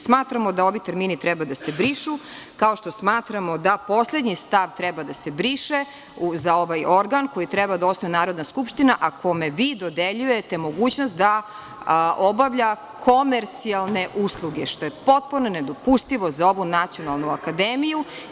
Smatramo da ovi termini treba da se brišu, kao što smatramo da poslednji stav treba da se briše za ovaj organ, koji treba da osnuje Narodna skupština, a kome vi dodeljujete mogućnost da obavlja komercijalne usluge, što je potpuno nedopustivo za ovu Nacionalnu akademiju.